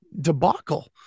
debacle